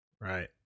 Right